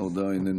ההודעה איננה